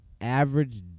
average